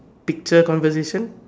picture conversation